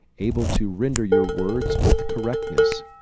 able to render your words with correctness.